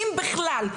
אם בכלל.